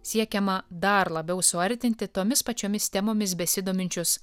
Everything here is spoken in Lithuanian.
siekiama dar labiau suartinti tomis pačiomis temomis besidominčius